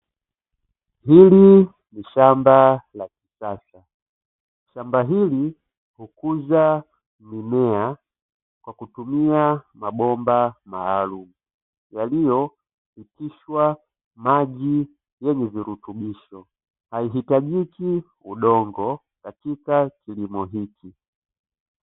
Hili ni shamba la kisasa, shamba hili hukuza mimea kwa kutumia mabomba maalumu yaliyopitishwa maji yenye virutubisho, haihitajiki udongo katika kilimo hiki.